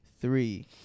Three